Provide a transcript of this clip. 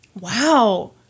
Wow